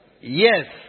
Yes